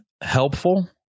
helpful